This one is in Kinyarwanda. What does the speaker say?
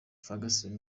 ferguson